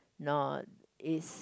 not is